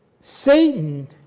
Satan